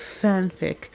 fanfic